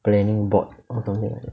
planning board or something like that